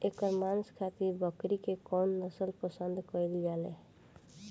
एकर मांस खातिर बकरी के कौन नस्ल पसंद कईल जाले?